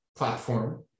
platform